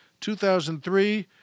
2003